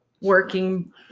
working